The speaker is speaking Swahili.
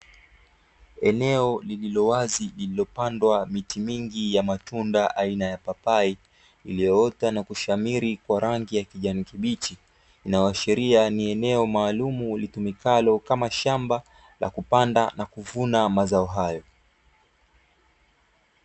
Eneo lililowazi lililopandwa miti mingi ya matunda aina ya papai, iliyoota na kushamiri kwa rangi ya kijani kibichi, inayoashiria ni eneo maalumu litumikalo kama shamba la kupanda na kuvuna mazao hayo.